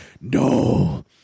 no